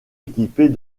équipés